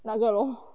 nugget lor